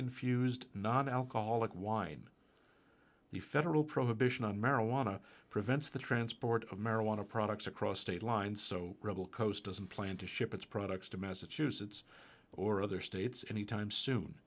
infused not alcoholic wine the federal prohibition on marijuana prevents the transport of marijuana products across state lines so rebel coast doesn't plan to ship its products to massachusetts or other states any time soon